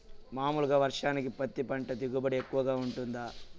మామూలుగా వర్షానికి పత్తి పంట దిగుబడి ఎక్కువగా గా వుంటుందా?